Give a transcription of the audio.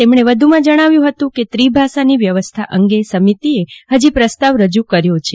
તેમણે વધુમાં જણાવ્યુ હતું કે ત્રિભાષાની વ્યવસ્થા અંગે સમિતિએ હજી પ્રસ્તાવ રજુ કર્યો છે